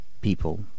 people